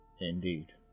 Indeed